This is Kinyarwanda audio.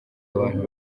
abantu